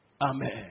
Amen